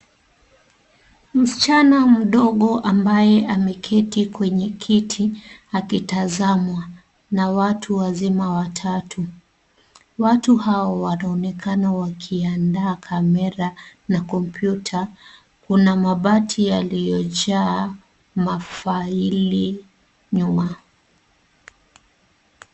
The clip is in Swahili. Msichana mdogo ambaye ameketi kwenye kiti akitazamwa na watu wazima watatu. Watu hao wanaonekana wakiandaa kamera na kompyuta. Kuna mabati yaliyojaa mafaili nyuma.